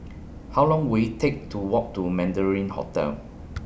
How Long Will IT Take to Walk to Mandarin Hotel